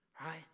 Right